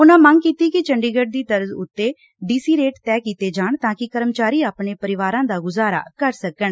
ਉਨੁਾਂ ਮੰਗ ਕੀਤੀ ਕਿ ਚੰਡੀਗੜ ਦੀ ਤਰਜ਼ ਉਤੇ ਡੀਸੀ ਰੇਟ ਤੈਅ ਕੀਤੇ ਜਾਣ ਤਾਂ ਕੈ ਕਰਮਚਾਰੀ ਆਪਣੇ ਪਰਿਵਾਰਾਂ ਦਾ ਗੁਜ਼ਾਰਾ ਕਰ ਸਕਣ